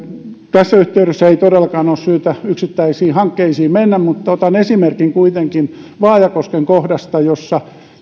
tässä yhteydessä ei todellakaan ole syytä yksittäisiin hankkeisiin mennä mutta otan esimerkin kuitenkin vaajakosken kohdasta jossa